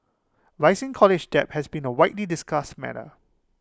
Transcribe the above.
rising college debt has been A widely discussed matter